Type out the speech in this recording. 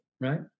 right